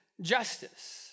justice